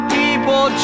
people